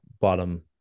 bottom